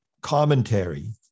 commentary